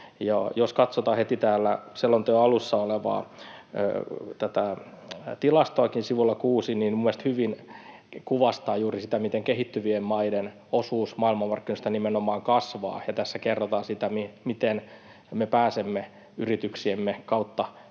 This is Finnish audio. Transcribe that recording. jos katsotaan heti täällä selonteon alussa olevaa tilastoakin sivulla 6, niin minun mielestäni se hyvin kuvastaa juuri sitä, miten kehittyvien maiden osuus maailmanmarkkinoista nimenomaan kasvaa, ja tässä kerrotaan siitä, miten me pääsemme yrityksiemme kautta niille